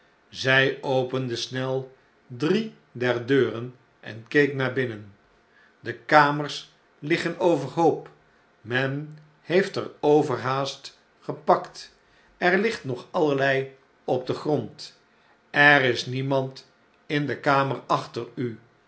zy opende snel drie der deuren en keek naar binnen de kamers liggen overhoop men heeft er overhaast gepakt er ligt nogallerlei op den grond er is niemand in de famer achter u